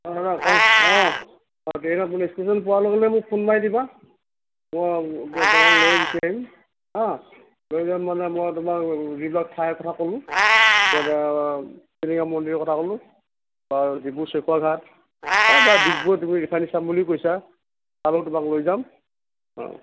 অঁ ট্ৰেইনৰ ইষ্টেশ্যন পোৱাৰ লগে লগে মোক ফোন মাৰি দিবা অঁ তোমাক লৈ গুচি আহিম হা মানে মই তোমাক যিবিলাক ঠাই কথা ক'লোঁ টিলিঙা মন্দিৰৰ কথা ক'লোঁ আৰু ডিব্ৰু চৈখোৱাঘাট এ বাৰু ডিগবৈ তুমি ৰিফাইনেৰী চাম বুলি কৈছা তালৈয়ো তোমাক লৈ যাম